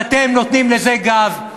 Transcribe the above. ואתם נותנים לזה גב,